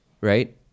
right